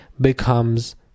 becomes